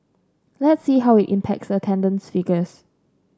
let's see how it impacts the attendance figures